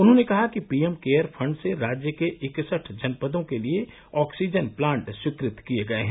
उन्होंने कहा कि पीएम केयर फण्ड से राज्य के इकसठ जनपदों के लिये ऑक्सीजन प्लांट स्वीकृत किये गये हैं